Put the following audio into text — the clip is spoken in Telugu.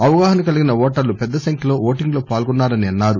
అవగాహన కలిగిన ఓటర్లు పెద్దసంఖ్యలో ఓటింగ్ లో పాల్గొన్నారన్నారు